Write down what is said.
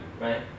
right